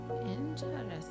Interesting